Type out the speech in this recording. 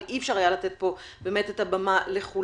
אבל אי אפשר היה לתת פה את הבמה לכולם.